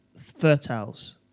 fertiles